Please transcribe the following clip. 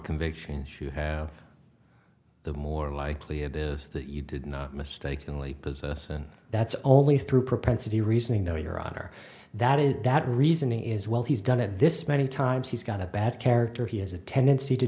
convictions you have the more likely it is that you did not mistakenly possess that's only through propensity reasoning though your honor that is that reason is well he's done it this many times he's got a bad character he has a tendency to